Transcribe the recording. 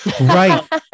Right